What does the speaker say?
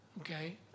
okay